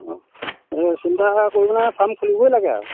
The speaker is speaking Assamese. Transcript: চিন্তা কৰি পেলাই ফাৰ্ম খুলিবই লাগে আৰু